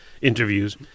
interviews